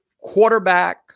quarterback